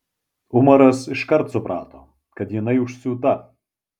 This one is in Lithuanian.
umaras iškart suprato kad jinai užsiūta